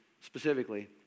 specifically